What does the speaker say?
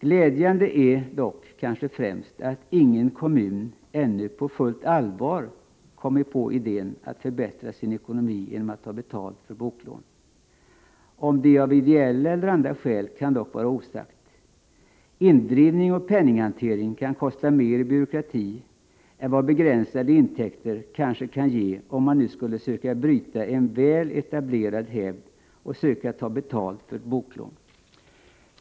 Glädjande är kanske främst att ingen kommun på fullt allvar ännu kommit på idén att förbättra sin ekonomi genom att ta betalt för boklån. Om det är av ideella eller andra skäl kan dock vara osagt. Indrivning och penninghantering kan kosta mer i byråkrati än vad begränsade intäkter kanske kan ge, om man nu skulle söka bryta en väl etablerad hävd och söka ta betalt för boklån.